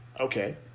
Okay